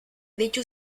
deitu